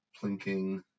plinking